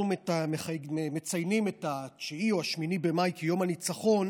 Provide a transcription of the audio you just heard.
אנחנו מציינים את 9 או 8 במאי כיום הניצחון